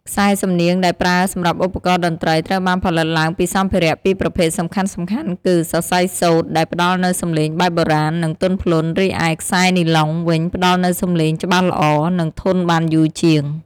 ខ្សែសំនៀងដែលប្រើសម្រាប់ឧបករណ៍តន្រ្តី ត្រូវបានផលិតឡើងពីសម្ភារៈពីរប្រភេទសំខាន់ៗ គឺ សរសៃសូត្រ ដែលផ្តល់នូវសំឡេងបែបបុរាណ និងទន់ភ្លន់ រីឯ ខ្សែនីឡុង វិញផ្តល់នូវសំឡេងច្បាស់ល្អ និងធន់បានយូរជាង។